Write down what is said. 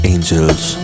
Angels